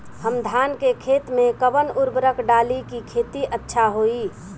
हम धान के खेत में कवन उर्वरक डाली कि खेती अच्छा होई?